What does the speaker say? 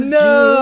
no